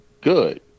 good